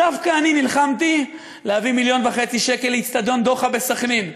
דווקא אני נלחמתי להביא 1.5 מיליון שקלים לאצטדיון "דוחה" בסח'נין.